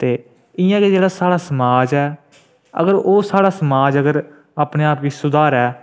ते इ'यां गे साढ़ा समाज ऐ ओह् साढ़ा समाज अगर अपने आप गी सुधारै